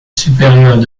supérieures